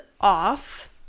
off